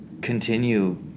continue